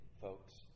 folks